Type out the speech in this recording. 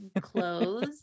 clothes